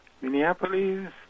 Minneapolis